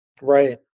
right